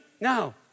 No